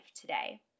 today